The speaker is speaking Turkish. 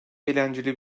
eğlenceli